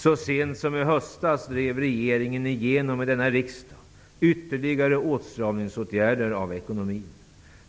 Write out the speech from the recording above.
Så sent som i höstas drev regeringen igenom i denna riksdag ytterligare åtstramningsåtgärder: